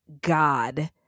God